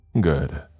Good